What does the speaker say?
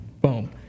boom